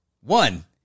one